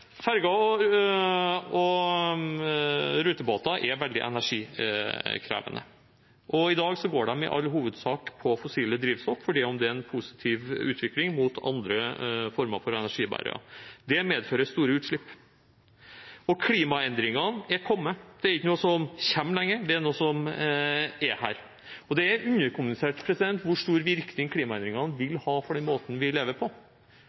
og rutebåter er veldig energikrevende. I dag går de i all hovedsak på fossile drivstoff, selv om det er en positiv utvikling mot andre former for energibærere. Det medfører store utslipp. Og klimaendringene er kommet – det er ikke lenger noe som kommer, det er noe som er her. Det er underkommunisert hvor stor virkning klimaendringene vil ha for den måten vi lever på.